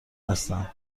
هستند